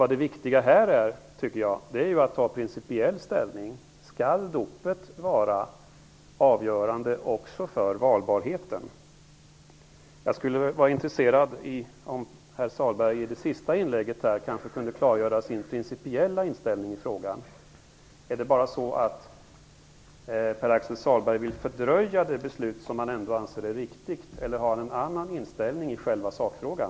Det viktiga här är att ta principiell ställning: Skall dopet vara avgörande också för valbarheten? Jag skulle vara intresserad av att herr Sahlberg i sitt sista inlägg kunde klargöra sin principiella inställning i frågan. Är det bara så att han vill fördröja det beslut som han ändå anser är riktigt? Eller har han en annan inställning i själva sakfrågan?